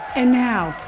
and now,